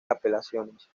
apelaciones